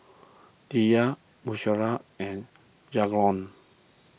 Diya Drusilla and Jalon